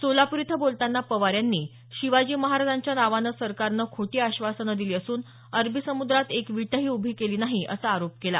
सोलापूर इथं बोलताना पवार यांनी शिवाजी महाराजांच्या नावानं सरकारनं खोटी आश्वासनं दिली असून अरबी समुद्रात एक वीटही उभी केली नाही असा आरोप केला